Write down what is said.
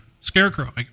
scarecrow